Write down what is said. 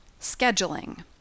scheduling